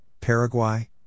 Paraguay